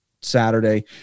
Saturday